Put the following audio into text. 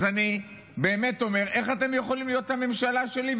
אז אני באמת אומר: איך אתם יכולים להיות הממשלה שלי?